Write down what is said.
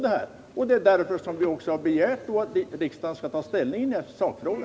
Det är därför vi har begärt att riksdagen skall ta ställning i denna sakfråga.